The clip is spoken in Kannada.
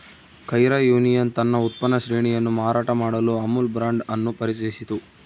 ಕೈರಾ ಯೂನಿಯನ್ ತನ್ನ ಉತ್ಪನ್ನ ಶ್ರೇಣಿಯನ್ನು ಮಾರಾಟ ಮಾಡಲು ಅಮುಲ್ ಬ್ರಾಂಡ್ ಅನ್ನು ಪರಿಚಯಿಸಿತು